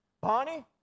Bonnie